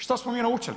Šta smo mi naučili?